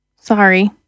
sorry